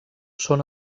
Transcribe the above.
són